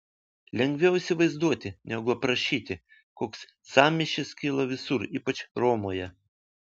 lengviau įsivaizduoti negu aprašyti koks sąmyšis kilo visur ypač romoje